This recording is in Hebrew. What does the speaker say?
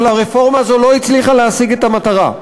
אבל הרפורמה הזאת לא הצליחה להשיג את המטרה.